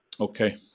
Okay